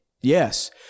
Yes